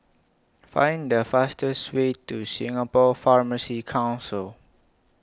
Find The fastest Way to Singapore Pharmacy Council